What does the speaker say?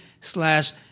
slash